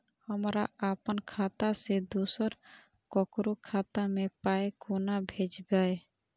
हमरा आपन खाता से दोसर ककरो खाता मे पाय कोना भेजबै?